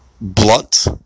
blunt